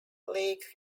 lake